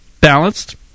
balanced